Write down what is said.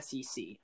SEC